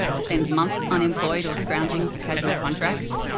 spends months unemployed or scrounging for casual contracts,